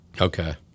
Okay